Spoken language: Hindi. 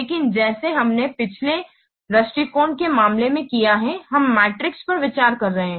इसलिए जैसे हमने पिछले दृष्टिकोण के मामले में किया है हम मैट्रिक्स पर विचार कर रहे हैं